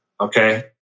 okay